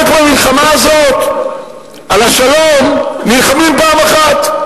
רק במלחמה הזאת על השלום נלחמים פעם אחת.